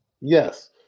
Yes